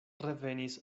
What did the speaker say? revenis